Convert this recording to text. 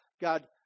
God